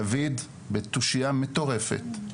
דוד בתושיה מטורפת,